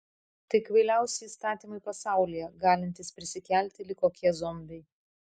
tai kvailiausi įstatymai pasaulyje galintys prisikelti lyg kokie zombiai